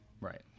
right